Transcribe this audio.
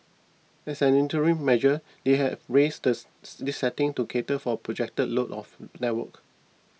as an interim measure they have raised the this setting to cater for projected load of network